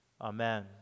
Amen